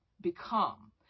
become